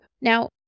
now